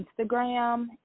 Instagram